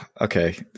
Okay